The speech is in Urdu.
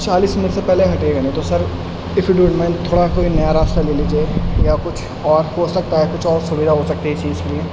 چالیس منٹ سے پہلے ہٹے گا نہیں تو sir if you don't mind تھوڑا کوئی نیا راستہ لے لیجیے یا کچھ اور ہو سکتا ہے ہے کچھ اور سودھا ہو سکتی ہے اس چیز کے لیے